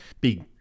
big